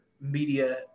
media